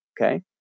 Okay